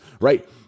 right